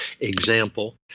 example